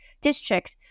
district